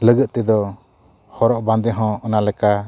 ᱞᱟᱹᱜᱤᱫ ᱛᱮᱫᱚ ᱦᱚᱨᱚᱜ ᱵᱟᱫᱮ ᱦᱚᱸ ᱚᱱᱟ ᱞᱮᱠᱟ